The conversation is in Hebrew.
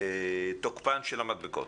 תוקפן של המדבקות.